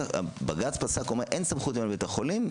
--- בג"ץ פסק ואמר: אין סמכות היום לבית החולים,